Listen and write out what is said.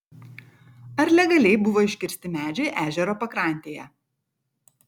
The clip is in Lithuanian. ar legaliai buvo iškirsti medžiai ežero pakrantėje